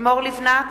לימור לבנת,